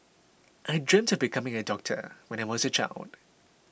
I dreamt of becoming a doctor when I was a child